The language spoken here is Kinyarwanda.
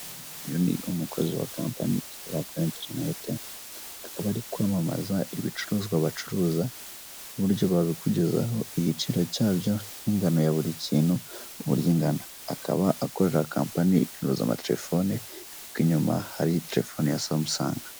Uyu ni umukozi wa kampani ikorera kuri interineti akaba ari kwamamaza ibicuruzwa bacuruza n'uburyo babikugezaho, igiciro cyabyo n'ingano ya buri kintu uburyo ingana akaba akorera kampani icuruza amaterefone kuko inyuma hari telefone ya samusanga.